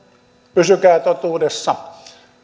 pysykää totuudessa